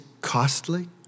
costly